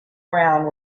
ground